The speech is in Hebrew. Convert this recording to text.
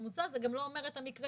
והממוצע זה גם לא אומר את המקרה,